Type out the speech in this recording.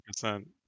percent